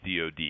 DOD